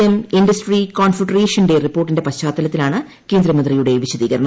M industry കോൺഫെഡറേഷന്റെ റിപ്പോട്ടിന്റെ പശ്ചാത്തലത്തിലാണ് കേന്ദ്രമന്ത്രിയുടെ വിശദീകരണം